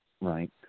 right